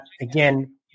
again